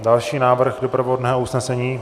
Další návrh doprovodného usnesení.